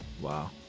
Wow